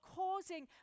causing